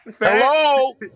Hello